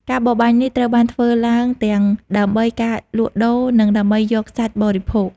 ការបរបាញ់នេះត្រូវបានធ្វើឡើងទាំងដើម្បីការលក់ដូរ និងដើម្បីយកសាច់បរិភោគ។